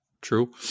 true